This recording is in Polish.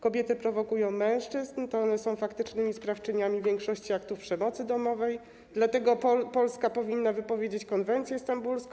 Kobiety prowokują mężczyzn, to one są faktycznymi sprawczyniami większości aktów przemocy domowej, dlatego Polska powinna wypowiedzieć konwencję stambulską.